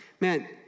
Man